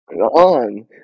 On